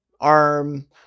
arm